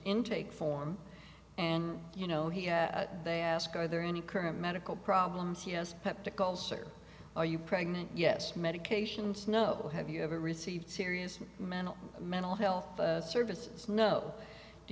intake form and you know he they ask are there any current medical problems he has peptic ulcer are you pregnant yes medications no have you ever received serious mental mental health services no do